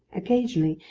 occasionally,